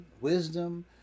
wisdom